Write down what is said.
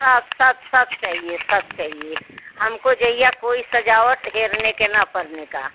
सब सब सब चाहिए सब चाहिए हमको जहीया कोई सजावट करने का ना पड़ने का